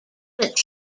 its